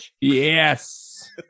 Yes